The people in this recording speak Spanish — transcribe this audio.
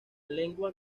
lengua